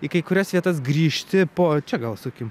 į kai kurias vietas grįžti po čia gal sukim